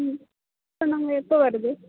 ம் இப்போ நாங்கள் எப்போ வரது